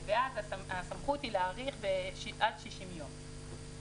ואז הסמכות היא להאריך עד 60 יום.